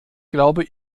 glaube